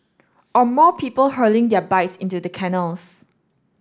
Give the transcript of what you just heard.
or more people hurling their bikes into the canals